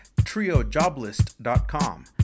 TrioJoblist.com